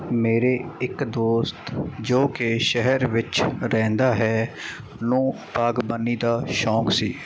ਮੇਰੇ ਇੱਕ ਦੋਸਤ ਜੋ ਕਿ ਸ਼ਹਿਰ ਵਿੱਚ ਰਹਿੰਦਾ ਹੈ ਨੂੰ ਬਾਗਬਾਨੀ ਦਾ ਸ਼ੌਂਕ ਸੀ